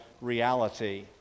reality